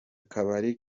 kabari